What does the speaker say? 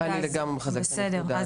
אז בסדר,